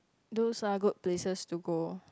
those are good places to go